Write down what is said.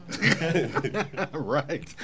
right